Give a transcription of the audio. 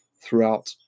throughout